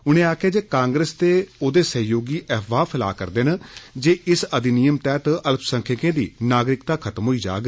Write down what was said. उने आक्खेआ जे कांग्रेस ते औहदे सहयोगी अफवाह फैला करदे न जे इस अधिनियम तैहत अल्पसंख्यकें दी नागरिकता खत्म होई जाह्ग